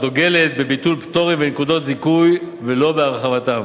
הדוגלת בביטול פטורים ונקודות זיכוי ולא בהרחבתם,